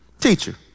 teacher